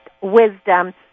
wisdom